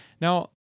Now